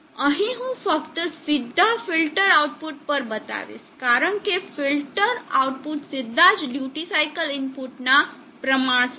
અહીં હું ફક્ત સીધા ફિલ્ટર આઉટપુટ પર બતાવીશ કારણ કે ફિલ્ટર આઉટપુટ સીધા જ ડ્યુટી સાઇકલ ઈનપુટ ના પ્રમાણસર છે